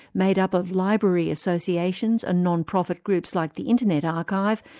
made up of library associations and non-profit groups like the internet archive,